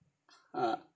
ah